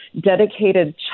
dedicated